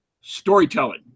storytelling